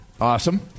Awesome